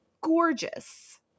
gorgeous